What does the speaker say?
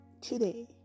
today